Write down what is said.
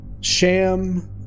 Sham